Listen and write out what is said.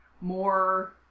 more